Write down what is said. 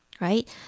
right